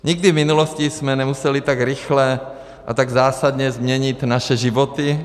Nikdy v minulosti jsme nemuseli tak rychle a tak zásadně změnit naše životy.